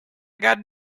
got